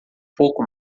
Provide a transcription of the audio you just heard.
pouco